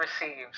receives